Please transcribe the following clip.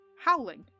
howling